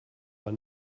war